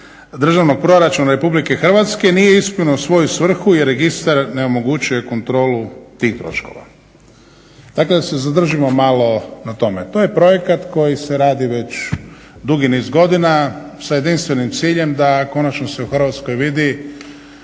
državnog proračuna RH nije ispunio svoju svrhu jer registar ne omogućuje kontrolu tih troškova. Dakle, da se zadržimo malo na tome. To je projekat koji se radi već dugi niz godina sa jedinstvenim ciljem da konačno se u Hrvatskoj vidi